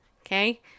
Okay